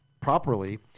properly